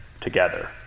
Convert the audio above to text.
together